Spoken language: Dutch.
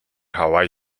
hawaï